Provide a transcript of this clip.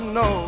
no